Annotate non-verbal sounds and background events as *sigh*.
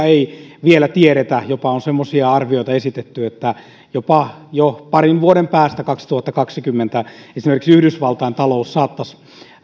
*unintelligible* ei vielä tiedetä on jopa semmoisia arvioita esitetty että jo parin vuoden päästä kaksituhattakaksikymmentä esimerkiksi yhdysvaltain talous saattaisi